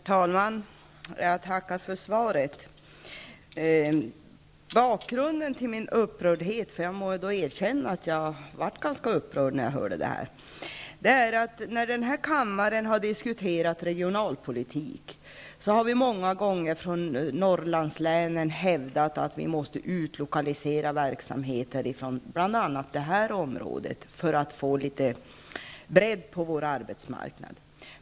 Herr talman! Jag tackar för svaret. Anledningen till min upprördhet -- jag måste erkänna att jag blev ganska upprörd när jag fick informationen i fråga -- är följande. När den här kammaren har diskuterat regionalpolitik har vi från Norrlandslänen många gånger hävdat att verksamheter måste utlokaliseras från bl.a. det aktuella området för att få en bredd på arbetsmarknaden.